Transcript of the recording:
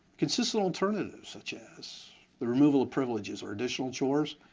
consistent alternatives such as the removal of privileges or additional chores,